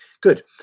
good